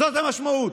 זאת המשמעות,